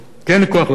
כי אין לי כוח לזה.